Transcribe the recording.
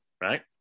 right